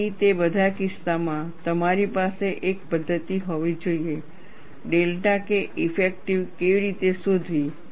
તેથી તે બધા કિસ્સાઓમાં તમારી પાસે એક પદ્ધતિ હોવી જોઈએ ડેલ્ટા K ઇફેક્ટિવ કેવી રીતે શોધવી